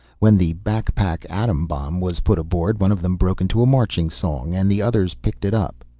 when the back-pack atom bomb was put aboard one of them broke into a marching song, and the others picked it up.